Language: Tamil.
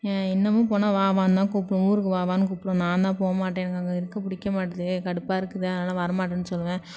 இன்னமும் போனால் வாம்மானுதான் கூப்பிடும் ஊருக்கு வா வான்னு கூப்பிடும் நாந்தான் போகமாட்டேன் எனக்கு அங்கே இருக்க பிடிக்க மாட்டுது கடுப்பாக இருக்குது அதனால் வரமாட்டேன்னு சொல்லுவேன்